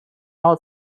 out